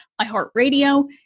iHeartRadio